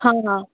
हाँ हाँ